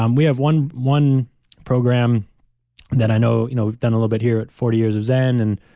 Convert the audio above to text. um we have one one program that i know, you know we've done a little bit here at forty years of zen, and